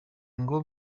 ngo